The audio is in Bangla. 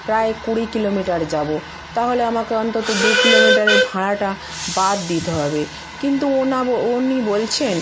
প্রায় কুড়ি কিলোমিটার যাবো তাহলে অন্তত আমাকে দু কিলোমিটারের ভাড়াটা বাদ দিতে হবে কিন্তু ওনাবো উনি বলছেন